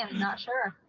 um not sure.